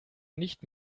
nicht